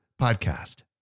podcast